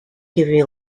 giving